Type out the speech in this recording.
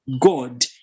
God